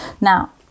Now